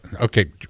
Okay